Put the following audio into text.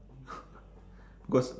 cause